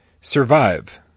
Survive